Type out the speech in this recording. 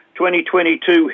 2022